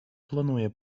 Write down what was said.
планує